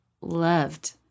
loved